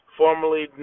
formerly